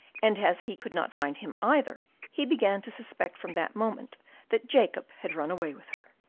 and, as he could not find him either, he began to suspect from that moment that jacob had run away with her.